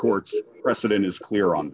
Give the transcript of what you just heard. court d precedent is clear on